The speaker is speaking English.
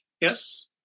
Yes